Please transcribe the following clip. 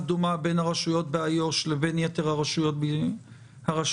דומה בין הרשויות באיו"ש לבין יתר הרשויות המקומיות.